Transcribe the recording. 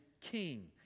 king